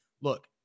look